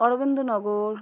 Arabindanagar